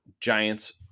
Giants